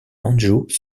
andrzej